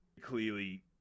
clearly